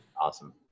Awesome